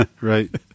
right